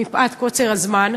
מפאת קוצר הזמן,